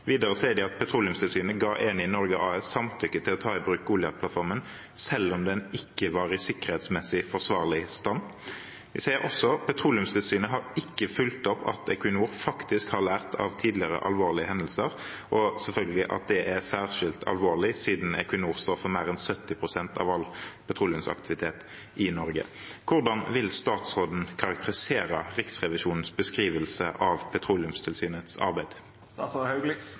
Videre sier de at Petroleumstilsynet ga Eni Norge AS samtykke til å ta i bruk Goliat-plattformen selv om den ikke var i sikkerhetsmessig forsvarlig stand. De sier også at Petroleumstilsynet ikke har fulgt opp at Equinor faktisk har lært av tidligere alvorlige hendelser, og at det selvfølgelig er særskilt alvorlig, siden Equinor står for mer enn 70 pst. av all petroleumsaktivitet i Norge. Hvordan vil statsråden karakterisere Riksrevisjonens beskrivelse av Petroleumstilsynets